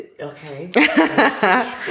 Okay